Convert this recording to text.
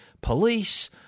police